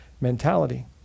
mentality